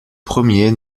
premier